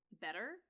better